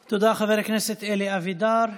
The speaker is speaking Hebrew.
תודה, חבר הכנסת אלי אבידר.